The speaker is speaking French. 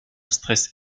stress